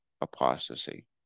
apostasy